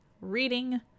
reading